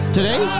Today